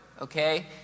okay